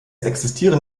existieren